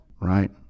right